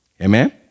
Amen